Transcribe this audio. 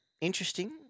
Interesting